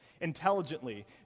intelligently